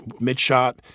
mid-shot